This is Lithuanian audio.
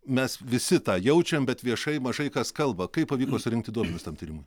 mes visi tą jaučiam bet viešai mažai kas kalba kaip pavyko surinkti duomenis tam tyrimui